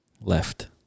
left